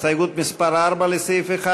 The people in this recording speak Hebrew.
הסתייגות מס' 4, לסעיף 1?